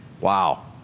Wow